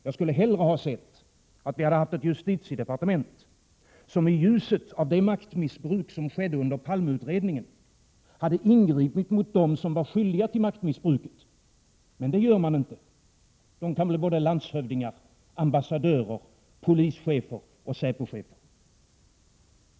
Jag skulle hellre ha sett att vi hade haft ett justitiedepartement, som i ljuset av det maktmissbruk som skedde under Palmeutredningen, hade ingripit mot dem som var skyldiga till maktmissbruket. Men det gör man inte. De kan bli landshövdingar, ambassadörer, polischefer och säpochefer.